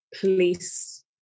police